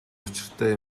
учиртай